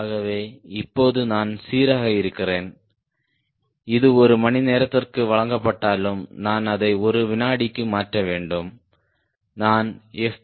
ஆகவே இப்போது நான் சீராக இருக்கிறேன் இது ஒரு மணி நேரத்திற்கு வழங்கப்பட்டாலும் நான் அதை ஒரு வினாடிக்கு மாற்ற வேண்டும் நான் எஃப்